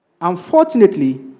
Unfortunately